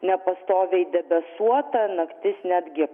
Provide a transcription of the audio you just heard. nepastoviai debesuota naktis netgi